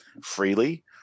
freely